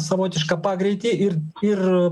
savotišką pagreitį ir ir